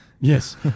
Yes